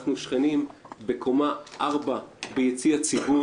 אנחנו שכנים בקומה ארבע ביציע הציבור